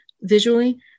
visually